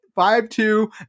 Five-two